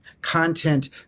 content